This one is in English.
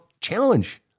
challenge